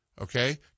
okay